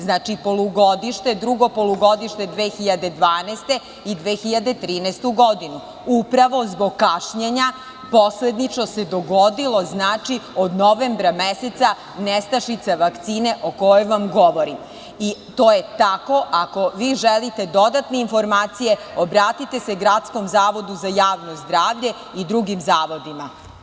Znači, polugodište, drugo polugodište 2012. i 2013. godine, upravo zbog kašnjenja posledično se dogodilo od novembra meseca nestašica vakcine o kojoj vam govorim, i to je tako i ako vi želite dodatne informacije obratite se Gradskom zavodu za javno zdravlje i drugi zavodima.